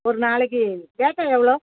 ஒரு நாளைக்கு பேட்டா எவ்வளோ